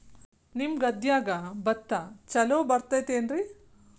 ನಿಮ್ಮ ಗದ್ಯಾಗ ಭತ್ತ ಛಲೋ ಬರ್ತೇತೇನ್ರಿ?